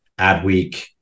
Adweek